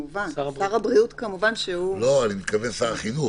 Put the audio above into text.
אני מדבר על שר החינוך.